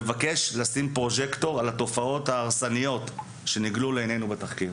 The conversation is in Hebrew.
הוא מבקש לשים פרוז'קטור על התופעות ההרסניות שנגלו לעינינו בתחקיר.